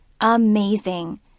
Amazing